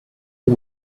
you